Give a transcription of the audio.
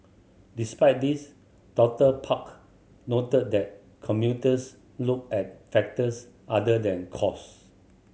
despite this Doctor Park noted that commuters look at factors other than cost